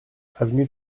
avenue